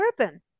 Urban